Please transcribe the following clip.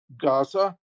Gaza